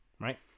Right